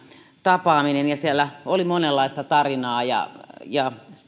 tapaaminen ja siellä oli monenlaista tarinaa ja ja